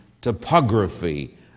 topography